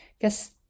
guess